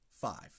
five